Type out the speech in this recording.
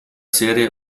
serie